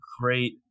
great